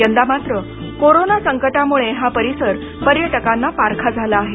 यंदा मात्र कोरोना संकटामुळे हा परिसर पर्यटकांना पारखा झाला आहे